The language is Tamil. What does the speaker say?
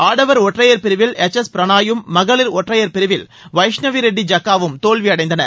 ஆடவர் ஒற்றையர் பிரிவில் எச் எஸ் பிரனாயும் மகளிர் ஒற்றையர் பிரிவில் வைஷ்ணவி ரெட்டி ஜக்காவும் தோல்வியடைந்தனர்